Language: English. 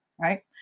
right